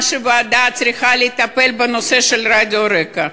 הוועדה צריכה לטפל בנושא של רדיו רק"ע.